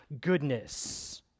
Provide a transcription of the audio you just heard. goodness